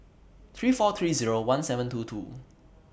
three four three Zero one seven two two